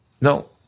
no